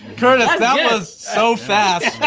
curtis, that was so fast,